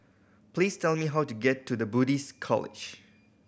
please tell me how to get to The Buddhist College